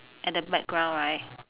at the background right